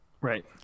Right